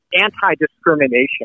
anti-discrimination